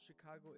Chicago